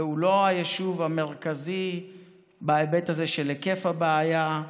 והוא לא היישוב המרכזי בהיבט של היקף הבעיה.